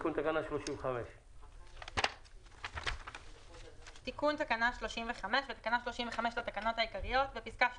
תיקון תקנה 35. תיקון תקנה 35 בתקנה 35 לתקנות העיקריות בפסקה (13),